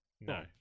No